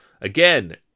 Again